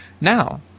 now